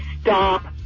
stop